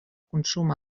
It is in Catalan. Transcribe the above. consum